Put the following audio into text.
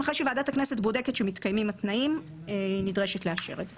אחרי שוועדת הכנסת בודקת שמתקיימים התנאים היא נדרשת לאשר את זה.